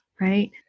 Right